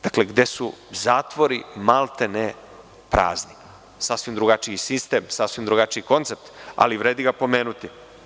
Dakle, zatvori su maltene prazni, sasvim drugačiji sistem, sasvim drugačiji koncept, ali vredi ga pomenuti.